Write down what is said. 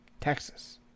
Texas